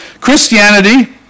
Christianity